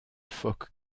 phoques